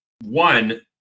One